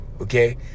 okay